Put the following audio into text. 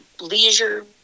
leisure